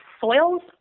soils